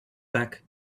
back